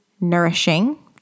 nourishing